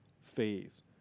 phase